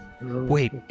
wait